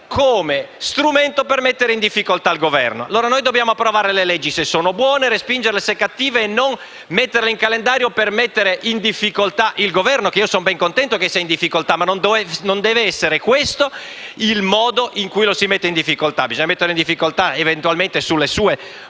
come strumenti per mettere in difficoltà il Governo. Noi dobbiamo approvare le leggi se sono buone e respingerle se sono cattive, e non inserirle in calendario per mettere in difficoltà il Governo: io sono ben contento che il Governo sia in difficoltà, ma non deve essere questo il modo in cui lo si mette in difficoltà. Bisogna metterlo in difficoltà, eventualmente, sulle sue politiche,